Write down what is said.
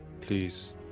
please